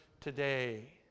today